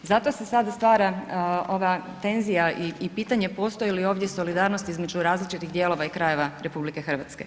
Zato se sada ova tenzija i pitanje postoji li ovdje solidarnost između različitih dijelova i krajeva RH.